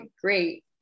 great